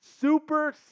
Super